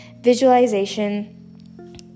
visualization